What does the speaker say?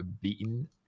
beaten